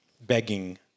begging